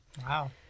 Wow